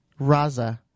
Raza